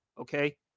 okay